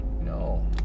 no